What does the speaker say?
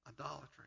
idolatry